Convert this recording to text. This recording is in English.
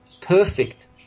perfect